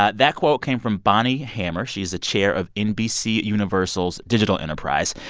ah that quote came from bonnie hammer. she is the chair of nbcuniversal's digital enterprise.